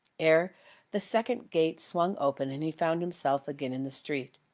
ere the second gate swung open and he found himself again in the street,